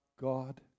God